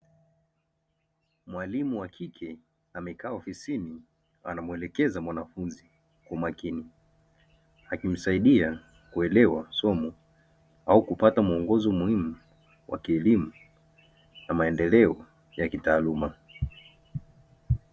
Mwalimu wa kike amekaa ofisini ana mwelekeza za mwanafunzi. Kwa makini akimsaidia kuelewa somo au kupata mwongozo muhimu wa kielimu, na maendeleo ya kitaaluma.